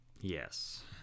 Yes